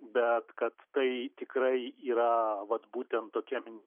bet kad tai tikrai yra vat būtent tokiam